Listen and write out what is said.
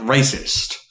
Racist